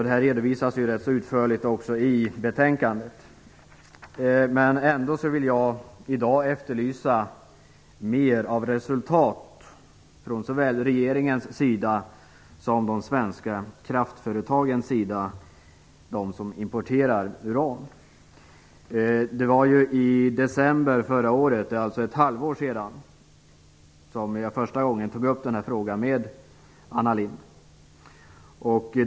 Det redovisas rätt utförligt i betänkandet. Ändå efterlyser jag i dag mer av resultat från såväl regeringens sida som de svenska kraftföretagens sida som importerar uran. Det var i december förra året, alltså för ett halvår sedan, som jag första gången tog upp frågan med Anna Lindh.